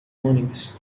ônibus